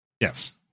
Yes